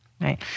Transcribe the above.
right